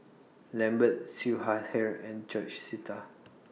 Lambert Siew Shaw Her and George Sita